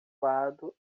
lado